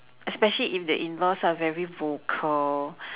especially if the in laws are very vocal